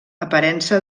aparença